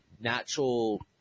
natural